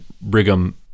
Brigham